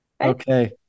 Okay